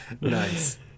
Nice